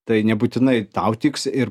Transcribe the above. tai nebūtinai tau tiks ir